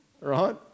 right